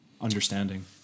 understanding